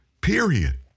period